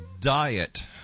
diet